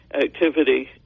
Activity